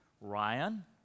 Ryan